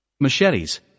machetes